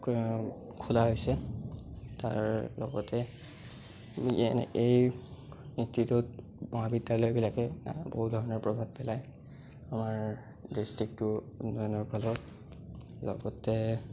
খোলা হৈছে তাৰ লগতে এই ইনষ্টিটিউট মহাবিদ্যালয়বিলাকে বহু ধৰণৰ প্ৰভাৱ পেলায় আমাৰ ডিষ্ট্ৰিকটোৰ উন্নয়নৰ ফলত লগতে